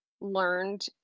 learned